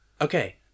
Okay